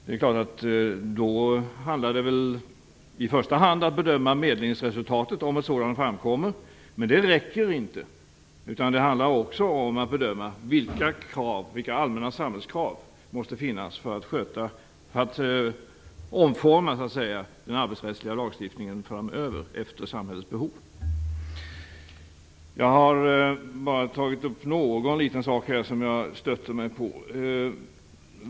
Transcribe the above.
Det är klart att det då i första hand gäller att bedöma medlingsresultatet, om ett sådant framkommer. Men det räcker inte, utan det handlar också om att bedöma vilka allmänna samhällskrav som måste ställas för en omformning framöver av den arbetsrättsliga lagstiftningen efter samhällets behov. Jag skall ta upp bara någon liten sak här som jag stött mig på.